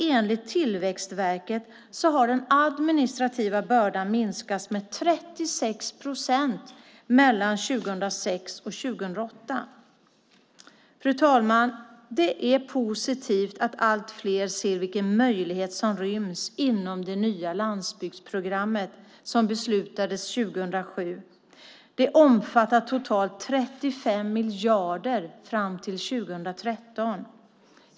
Enligt Tillväxtverket har den administrativa bördan minskat med 36 procent mellan 2006 och 2008. Fru ålderspresident! Det är positivt att allt fler ser vilken möjlighet som ryms inom det nya landsbygdsprogrammet som beslutades 2007. Det omfattar totalt 35 miljarder fram till 2013.